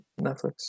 Netflix